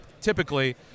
typically